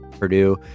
Purdue